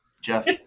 Jeff